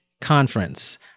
conference